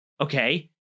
Okay